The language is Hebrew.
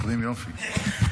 מסתדרים יופי.